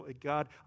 God